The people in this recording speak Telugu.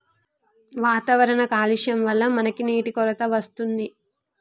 వాతావరణ కాలుష్యం వళ్ల మనకి నీటి కొరత వస్తుంది